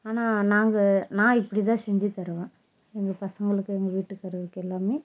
ஆனால் நாங்கள் நான் இப்டி தான் செஞ்சு தருவ எங்கள் பசங்களுக்கு எங்கள் வீட்டுக்காரருக்கு எல்லாமே